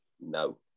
No